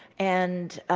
and